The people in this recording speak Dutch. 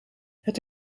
het